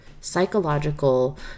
psychological